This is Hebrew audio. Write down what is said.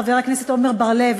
חבר הכנסת עמר בר-לב,